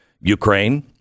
Ukraine